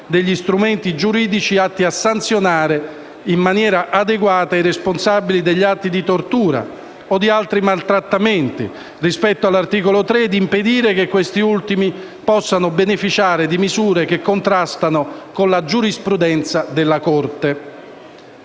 degli strumenti giuridici atti a sanzionare in maniera adeguata i responsabili degli atti di tortura o di altri maltrattamenti rispetto all'articolo 3 e a impedire che questi ultimi possano beneficiare di misure che contrastano con la giurisprudenza della Corte».